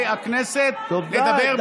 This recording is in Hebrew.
אני מצפה מחברי הכנסת לדבר בסגנון ראוי.